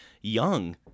young